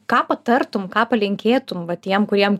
ką patartum ką palinkėtum va tiem kuriem